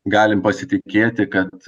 galim pasitikėti kad